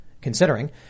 considering